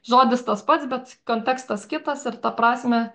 žodis tas pats bet kontekstas kitas ir tą prasmę